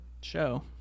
show